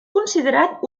considerat